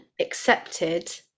accepted